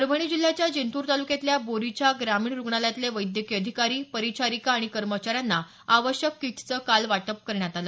परभणी जिल्ह्याच्या जिंतूर तालुक्यातल्या बोरीच्या ग्रामीण रुग्णालयातले वैद्यकीय अधिकारी परिचारिका आणि कर्मचाऱ्यांना आवश्यक कीटचं काल वाटप करण्यात आलं